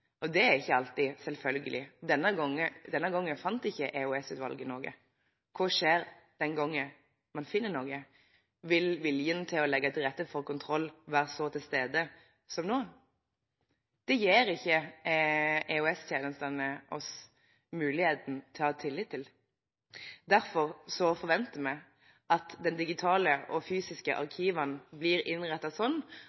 og det er ikke alltid selvfølgelig. Denne gangen fant ikke EOS-utvalget noe. Hva skjer den gangen man finner noe? Vil viljen til å legge til rette for kontroll være så tilstede som nå? Det gir ikke E-tjenesten oss muligheten til å ha tillit til. Derfor forventer vi at de digitale og fysiske